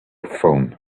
phone